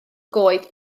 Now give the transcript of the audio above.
goed